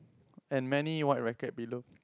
and many white racket below